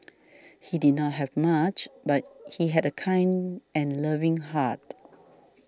he did not have much but he had a kind and loving heart